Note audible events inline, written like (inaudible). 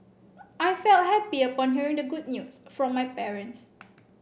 (noise) I felt happy upon hearing the good news from my parents